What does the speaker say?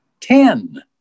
Ten